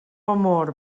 amor